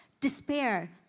despair